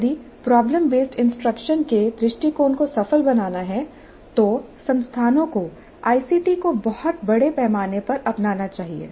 यदि problem based instruction के दृष्टिकोण को सफल बनाना है तो संस्थानों को आईसीटी को बहुत बड़े पैमाने पर अपनाना चाहिए